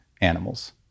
animals